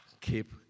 keep